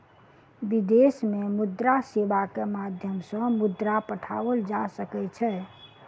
विदेश में मुद्रा सेवा के माध्यम सॅ मुद्रा पठाओल जा सकै छै